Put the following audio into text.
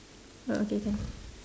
orh okay can